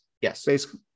Yes